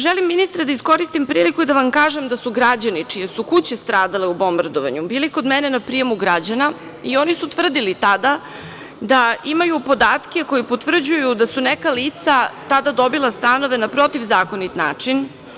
Želim, ministre, da iskoristim priliku da vam kažem da su građani čije su kuće stradale u bombardovanju bili kod mene na prijemu građana i oni su tvrdili tada da imaju podatke koji potvrđuju da su neka lica tada dobila stanove na protivzakonit način.